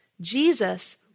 Jesus